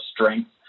strength